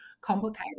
complicated